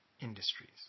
industries